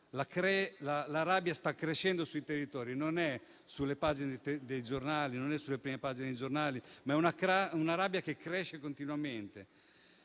la rabbia sta crescendo sui territori. Non è sulle prime pagine dei giornali, ma è una rabbia che cresce continuamente.